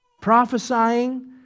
prophesying